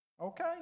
okay